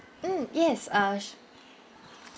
mm yes uh